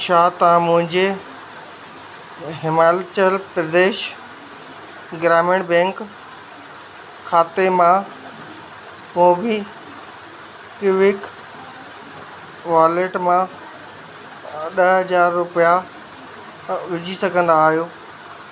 छा तव्हां मुंहिंजे हिमालिचल प्रदेश ग्रामीण बैंक खाते मां मोबीक्विक वॉलेट मां ॾह हज़ार रुपिया विझी सघंदा आहियो